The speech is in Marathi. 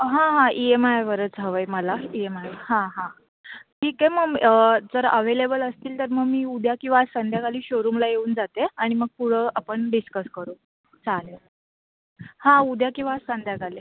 हां हां इ एम आयवरच हवं आहे मला इ एम आय हां हां ठीक आहे मग जर अवेलेबल असतील तर मग मी उद्या किंवा संध्याकाळी शोरूमला येऊन जाते आणि मग पुढं आपण डिस्कस करू चालेल हां उद्या किंवा संध्याकाळी